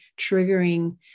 triggering